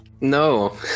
no